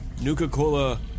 Nuka-Cola